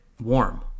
warm